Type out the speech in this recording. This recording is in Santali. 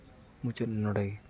ᱢᱩᱪᱟᱹᱫ ᱮᱱᱟ ᱱᱚᱰᱮ ᱜᱮ